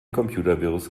computervirus